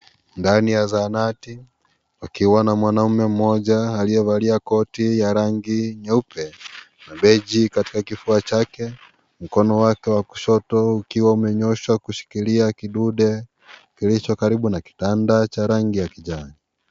Ndani ya zaanati pakiwa na mwanaume mmoja aliyevalia koti ya rangi nyeupe na beji katika kifua chake mkono wake wa kushoto ukiwa umenyooshwa kushikilia kidude kilicho karibu na kitanda cha rangi ya kijani.